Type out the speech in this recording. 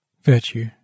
Virtue